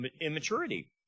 immaturity